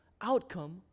outcome